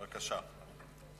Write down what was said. בבקשה.